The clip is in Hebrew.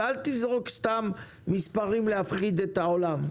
אז אל תזרוק סתם מספרים כדי להפחיד את העולם.